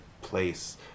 place